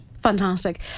Fantastic